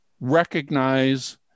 recognize